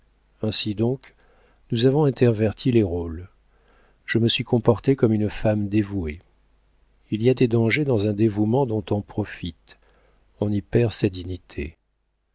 ainsi donc nous avons interverti les rôles je me suis comportée comme une femme dévouée il y a des dangers dans un dévouement dont on profite on y perd sa dignité